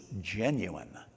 genuine